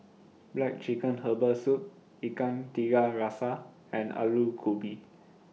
Black Chicken Herbal Soup Ikan Tiga Rasa and Aloo Gobi